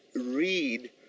read